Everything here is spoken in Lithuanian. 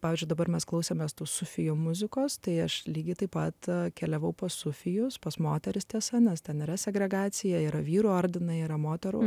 pavyzdžiui dabar mes klausomės tų sufijų muzikos tai aš lygiai taip pat keliavau po sufijus pas moteris tas anas ten yra segregacija yra vyrų ordinai yra moterų